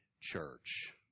church